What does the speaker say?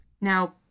Now